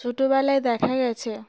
ছোটবেলায় দেখা গেছে